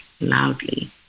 loudly